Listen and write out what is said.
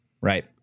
right